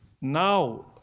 Now